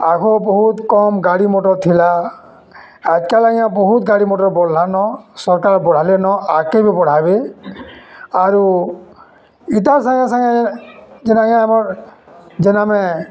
ଆଗ ବହୁତ କମ୍ ଗାଡ଼ି ମଟର ଥିଲା ଆଜକାଲ୍ ଆଜ୍ଞା ବହୁତ ଗାଡ଼ି ମଟର ବଢ଼ିଲାନ ସରକାର ବଢ଼ାଲେନ ଆଗକେ ବି ବଢ଼ାବେ ଆରୁ ଇ ତାର୍ ସାଙ୍ଗେ ସାଙ୍ଗେ ଯେନ୍ ଆଜ୍ଞା ଆମର୍ ଯେନ୍ ଆମେ